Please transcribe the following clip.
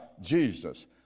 Jesus